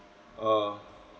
uh